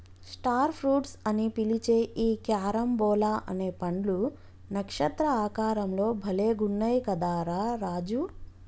star fruits అని పిలిచే ఈ క్యారంబోలా అనే పండ్లు నక్షత్ర ఆకారం లో భలే గున్నయ్ కదా రా రాజు